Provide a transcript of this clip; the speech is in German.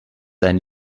dein